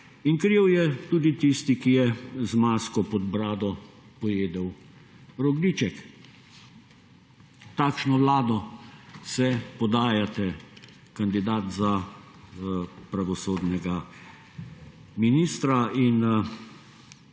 in kriv je tudi tisti, ki je z masko pod brado pojedel rogljiček. V takšno Vlado se podajate, kandidat za pravosodnega ministra in moje